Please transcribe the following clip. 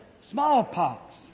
smallpox